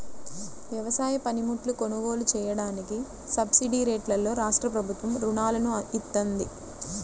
వ్యవసాయ పనిముట్లు కొనుగోలు చెయ్యడానికి సబ్సిడీరేట్లలో రాష్ట్రప్రభుత్వం రుణాలను ఇత్తంది